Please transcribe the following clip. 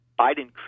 Biden